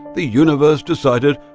the universe decided